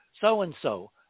so-and-so